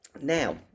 Now